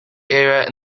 area